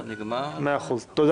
כדי